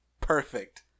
Perfect